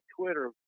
Twitter